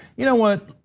you know what,